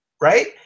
right